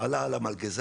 ועלה על המלגזה,